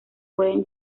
pueden